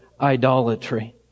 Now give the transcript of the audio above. idolatry